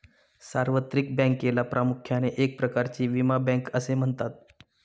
सार्वत्रिक बँकेला प्रामुख्याने एक प्रकारची विमा बँक असे म्हणतात